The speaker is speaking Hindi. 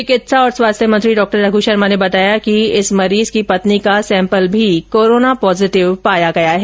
चिकित्सा और स्वास्थ्य मंत्री डॉ रघ् शर्मा ने बताया कि इस मरीज की पत्नी का सैंपल भी कोराना पॉजेटिव पाया गया है